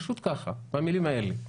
פשוט ככה במילים האלה.